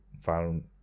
found